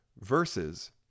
Versus